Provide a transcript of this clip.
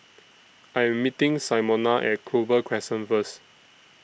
I Am meeting Simona At Clover Crescent First